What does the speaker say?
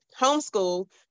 homeschool